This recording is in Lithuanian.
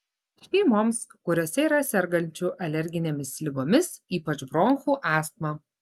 šeimoms kuriose yra sergančių alerginėmis ligomis ypač bronchų astma